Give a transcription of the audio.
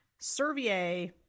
Servier